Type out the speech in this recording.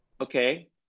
Okay